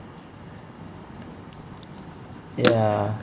ya